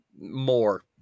more